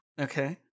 Okay